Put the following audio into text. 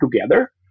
together